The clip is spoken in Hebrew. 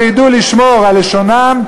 לא ידעו לשמור על לשונם,